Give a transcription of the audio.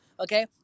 Okay